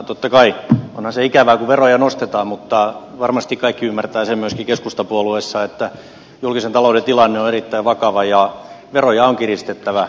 totta kai onhan se ikävää kun veroja nostetaan mutta varmasti kaikki ymmärtävät sen myöskin keskustapuolueessa että julkisen talouden tilanne on erittäin vakava ja veroja on kiristettävä